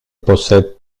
possède